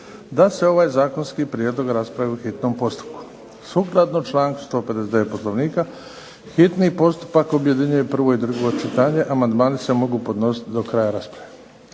da se ovaj zakonski prijedlog raspravi u hitnom postupku. Sukladno članku 159. Poslovnika hitni postupak objedinjuje prvo i drugo čitanje. Amandmani se mogu podnositi do kraja rasprave.